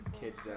kids